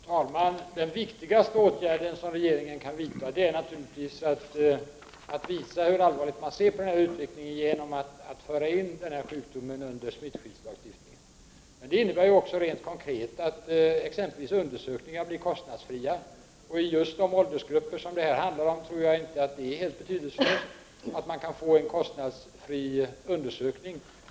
Fru talman! Den viktigaste åtgärd som regeringen kan vidta för att visa hur allvarligt man ser på utvecklingen är att föra in denna sjukdom under smittskyddslagen. Det innebär också att undersökningar blir kostnadsfria. I just den åldersgrupp som det här handlar om är det inte helt betydelselöst att man kan få en kostnadsfri undersökning.